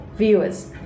viewers